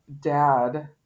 dad